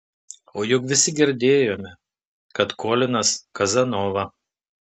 o juk visi girdėjome kad kolinas kazanova